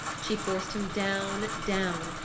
she forced him down, down,